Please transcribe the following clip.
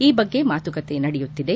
ಈ ಬಗ್ಗೆ ಮಾತುಕತೆ ನಡೆಯುತ್ತಿದೆ